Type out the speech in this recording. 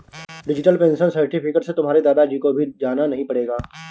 digital pension certificate से तुम्हारे दादा जी को भी जाना नहीं पड़ेगा